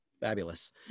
fabulous